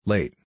Late